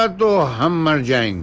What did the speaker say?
ah her magic